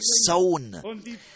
sown